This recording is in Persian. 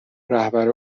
رهبر